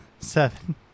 seven